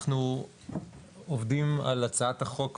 אנחנו עובדים על הצעת החוק,